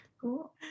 Cool